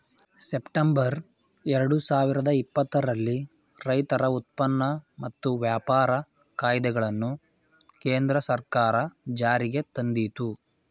September ಎರಡು ಸಾವಿರದ ಇಪ್ಪತ್ತರಲ್ಲಿ ರೈತರ ಉತ್ಪನ್ನ ಮತ್ತು ವ್ಯಾಪಾರ ಕಾಯ್ದೆಗಳನ್ನು ಕೇಂದ್ರ ಸರ್ಕಾರ ಜಾರಿಗೆ ತಂದಿತು